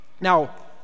Now